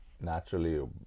naturally